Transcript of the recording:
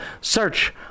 Search